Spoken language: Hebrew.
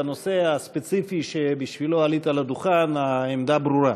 בנושא הספציפי שבשבילו עלית לדוכן העמדה ברורה.